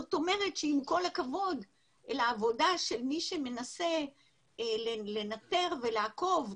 זאת אומרת שעם כל הכבוד לעבודה של מי שמנסה לנטר ולעקוב,